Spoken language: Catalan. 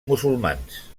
musulmans